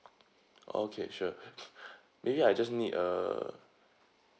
okay sure maybe I just need a